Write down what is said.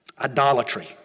Idolatry